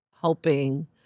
helping